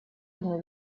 одну